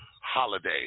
holiday